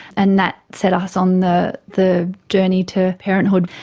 and that set us on the the journey to parenthood.